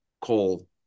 coal